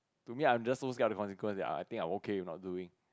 to me I'm just so scared of the consequence that I I think I'm okay with not doing